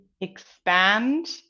expand